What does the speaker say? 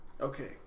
Okay